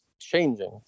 changing